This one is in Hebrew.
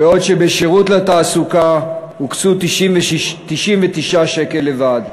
בעוד בשירות לתעסוקה הוקצו 99 שקלים לבד.